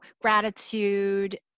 gratitude